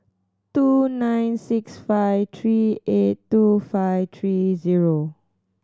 two nine six five three eight two five three zero